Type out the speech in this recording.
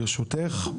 ברשותך,